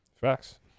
Facts